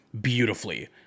beautifully